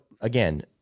again